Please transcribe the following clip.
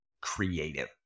creative